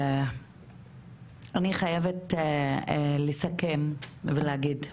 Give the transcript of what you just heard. אני חייבת לסכם ולהגיד.